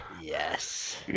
Yes